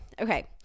Okay